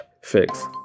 Fix